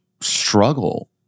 struggle